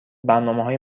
برنامههای